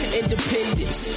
independence